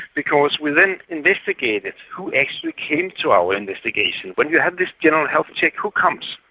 because we then investigated who actually came to our investigation. when you have this general health check, who comes?